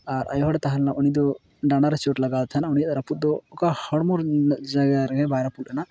ᱟᱨ ᱟᱭᱳ ᱦᱚᱲᱮ ᱛᱟᱦᱮᱸ ᱞᱮᱱᱟ ᱩᱱᱤ ᱫᱚ ᱰᱟᱸᱰᱟ ᱨᱮ ᱪᱳᱴ ᱞᱟᱜᱟᱣᱟᱫᱮ ᱛᱟᱦᱮᱸ ᱠᱟᱱᱟ ᱩᱱᱤᱭᱟᱜ ᱨᱟᱹᱯᱩᱫ ᱫᱚ ᱦᱚᱲᱢᱚᱨᱮ ᱩᱱᱟᱹᱜ ᱵᱟᱭ ᱨᱟᱹᱯᱩᱫ ᱞᱮᱱᱟ